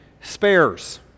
spares